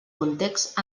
context